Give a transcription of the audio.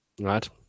right